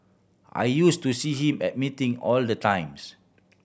I use to see him at meeting all the times